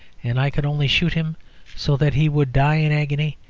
and i could only shoot him so that he would die in agony,